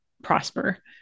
prosper